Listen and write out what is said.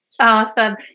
awesome